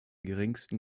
geringsten